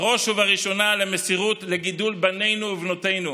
בראש ובראשונה על המסירות לגידול בנינו ובנותינו